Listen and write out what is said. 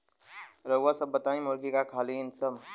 रउआ सभ बताई मुर्गी का का खालीन सब?